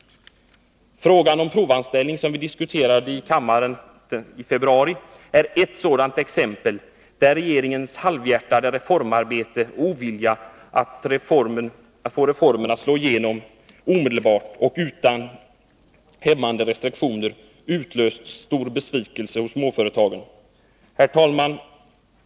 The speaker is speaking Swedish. Frågan om provanställning, som vi diskuterade i februari, är ett sådant exempel, där regeringens halvhjärtade reformarbete och ovilja att få reformen att slå igenom omedelbart och utan hämmande restriktioner har utlöst stor besvikelse hos småföretagen.